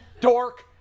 Dork